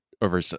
Over